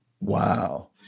Wow